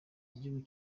igihugu